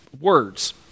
words